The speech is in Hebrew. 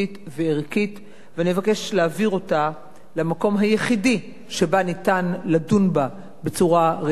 ואני אבקש להעביר אותה למקום היחידי שבו ניתן לדון בצורה רצינית וראויה,